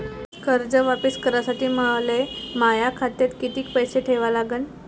कर्ज वापिस करासाठी मले माया खात्यात कितीक पैसे ठेवा लागन?